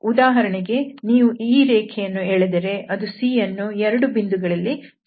ಉದಾಹರಣೆಗೆ ನೀವು ಈ ರೇಖೆಯನ್ನು ಎಳೆದರೆ ಅದು C ಯನ್ನು 2 ಬಿಂದುಗಳಲ್ಲಿ ಛೇದಿಸುತ್ತದೆ